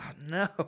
no